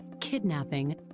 kidnapping